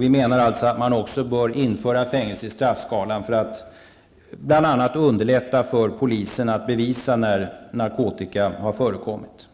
Vi menar alltså att man också bör införa fängelse i straffskalan för att bl.a. underlätta för polisen att bevisa när narkotika har förekommit.